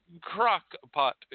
Crock-Pot